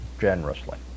generously